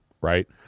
right